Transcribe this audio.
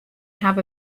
hawwe